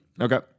Okay